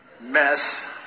mess